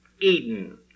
Eden